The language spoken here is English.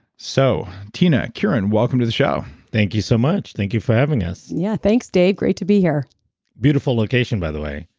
so, tina, kirin, welcome to the show thank you so much. thank you for having us yeah. thanks, dave. great to be here beautiful location, by the way.